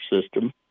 system